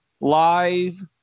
Live